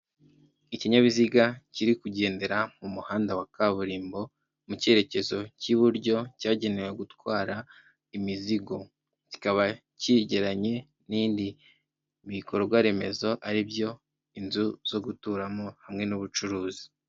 Ikinyabiziga kiri kugendera mu muhanda wa kaburimbo mu cyerekezo cy'iburyo cyagenewe gutwara imizigo .Kikaba cyegeranye n'indi bikorwa remezo ari byo inzu zo guturamo, hamwe n'ubucuruzi.